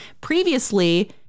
previously